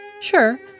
Sure